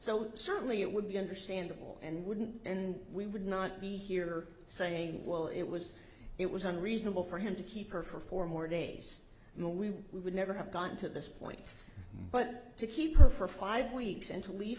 so certainly it would be understandable and wouldn't and we would not be here saying well it was it was unreasonable for him to keep her for four more days and then we would never have got to this point but to keep her for five weeks and to leave